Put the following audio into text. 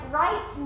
right